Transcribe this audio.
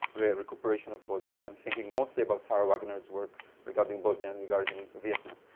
rear recuperation of bodies. i'm thinking mostly about sarah wagner's work regarding bosnian, regarding vietnam.